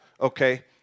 okay